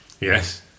Yes